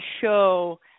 show